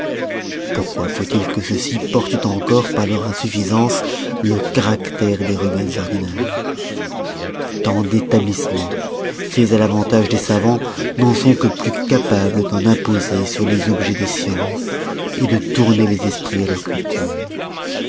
pourquoi faut-il que ceux-ci portent encore par leur insuffisance le caractère des remèdes ordinaires tant d'établissemens faits à l'avantage des savans n'en sont que plus capables d'en imposer sur les objets des sciences de tourner les esprits à leur culture